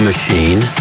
machine